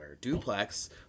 duplex